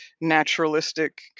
naturalistic